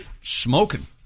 Smoking